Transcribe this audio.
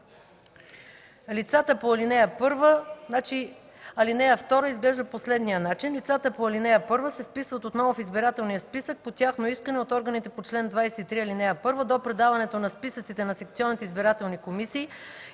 текст. Алинея 2 изглежда по следния начин: „(2) Лицата по ал. 1 се вписват отново в избирателния списък по тяхно искане от органите по чл. 23, ал. 1 до предаването на списъците на секционните избирателни комисии